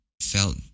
felt